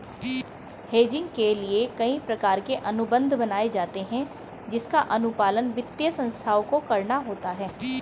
hedging के लिए कई प्रकार के अनुबंध बनाए जाते हैं जिसका अनुपालन वित्तीय संस्थाओं को करना होता है